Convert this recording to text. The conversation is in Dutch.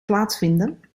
plaatsvinden